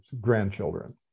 grandchildren